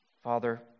Father